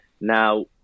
Now